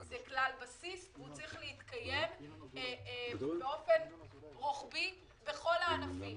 זה כלל בסיס והוא צריך להתקיים באופן רוחבי בכל הענפים.